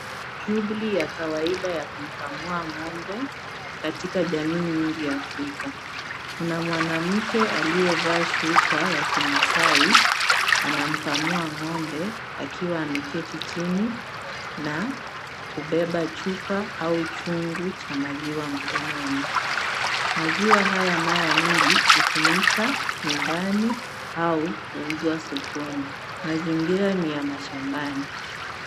Shughuli ya kawaida ya kumkamua ng'ombe katika jamii nyingi ya Afrika kuna mwanamke aliyevaa shuka ya Kimasai anaamkamua ng'ombe. Akiwa ameketi chini na kubeba chupa au chungu cha maziwa mkononi maziwa haya mara mingi hutumika nyumbani au huuzwa sokoni mazingira ni ya mashambani.